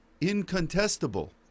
incontestable